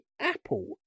apple